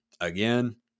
again